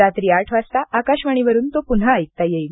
रात्री आठ वाजता आकाशवाणीवरुन तो पुन्हा ऐकता येईल